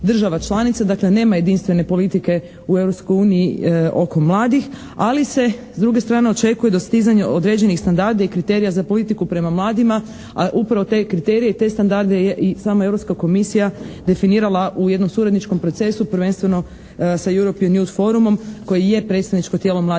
država članica, dakle nema jedinstvene politike u Europskoj uniji oko mladih, ali se s druge strane očekuje dostizanje određenih standarda i kriterija za politiku prema mladima, a upravo te kriterije i te standarde je i sama Europska komisija definirala u jednom suradničkom procesu prvenstveno sa .. forumom koje je predstavničko tijelo mladih